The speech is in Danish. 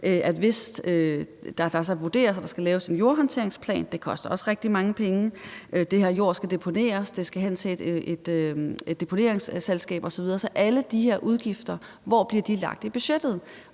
her med vurderingen af, om der skal laves en jordhåndteringsplan. Det koster også rigtig mange penge. Den her jord skal deponeres, den skal hen til et deponeringsselskab osv. Så hvor bliver alle de her udgifter lagt i budgettet?